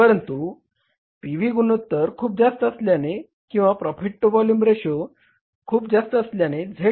परंतु P V गुणोत्तर खूप जास्त असल्याने किंवा प्रॉफिट टू व्हॉल्युम रेशो खूप जास्त असल्याने Z